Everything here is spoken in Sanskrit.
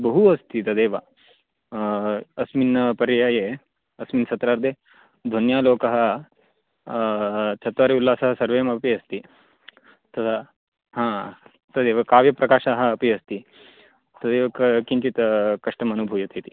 बहु अस्ति तदेव अस्मिन् पर्याये अस्मिन् सत्रार्ध ध्वन्यालोकः चत्वारि उल्लासः सर्वेम् अपि अस्ति तदा हा तदेव काव्यप्रकाशः अपि अस्ति तदेव क किञ्चित् कष्टम् अनुभूयते इति